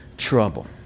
trouble